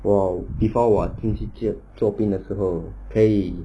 我 before 我进去做兵的时候可以